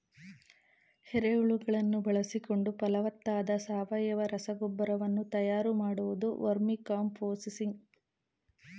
ಎರೆಹುಳುಗಳನ್ನು ಬಳಸಿಕೊಂಡು ಫಲವತ್ತಾದ ಸಾವಯವ ರಸಗೊಬ್ಬರ ವನ್ನು ತಯಾರು ಮಾಡುವುದು ವರ್ಮಿಕಾಂಪೋಸ್ತಿಂಗ್